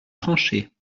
tranchées